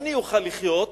שאני אוכל לחיות,